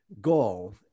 goal